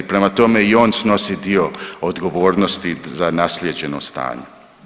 Prema tome i on snosi dio odgovornosti za naslijeđeno stanje.